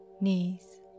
Knees